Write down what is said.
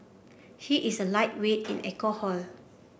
he is a lightweight in alcohol